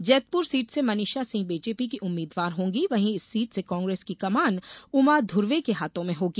Jaitpur seat से Manisha Singh BJP की उम्मीदवार होंगी वहीं इस सीट से कांग्रेस की कमान उमा धुर्वे के हाथो में होगी